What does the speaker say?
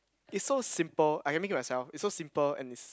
is so simple I can make it myself is so simple and is